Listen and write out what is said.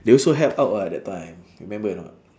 they also help out what that time remember or not